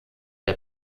der